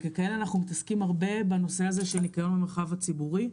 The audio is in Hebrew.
ככאלה אנחנו מתעסקים הרבה בנושא של ניקיון במרחב הציבורי,